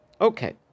Okay